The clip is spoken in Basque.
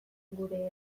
gure